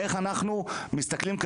איך אנחנו מסתכלים קדימה,